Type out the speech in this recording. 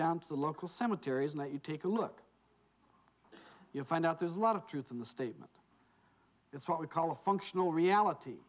down to the local cemeteries and you take a look you find out there's a lot of truth in the statement it's what we call a functional reality